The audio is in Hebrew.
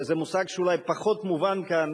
זה מושג שאולי פחות מובן כאן,